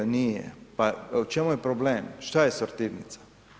Nije, pa u čemu je problem, šta je sortirnica?